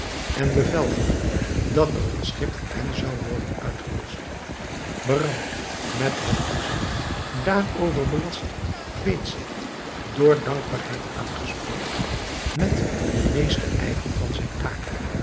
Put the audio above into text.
en bevel gaf dat er een schip voor hen zou worden uitgerust behram met het toezigt daarover belast kweet zich door dankbaarheid aangespoord met den meesten ijver van zijne taak